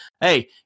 hey